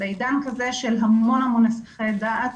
בעידן כזה של המון המון הסחות דעת